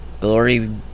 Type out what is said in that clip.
glory